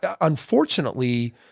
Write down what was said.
unfortunately